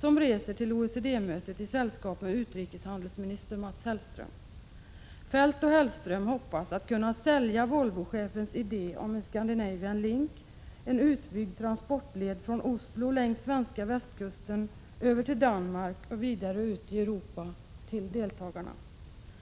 som reser till OECD-mötet i sällskap med utrikeshandelsminister Mats Hellström. Feldt och Hellström hoppas att kunna sälja Volvochefens idé om en Scandinavian Link, en utbyggd transportled från Oslo längs svenska västkusten över till Danmark och vidare ut i Europa, till deltagarna.